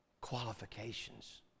qualifications